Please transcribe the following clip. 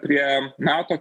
prie nato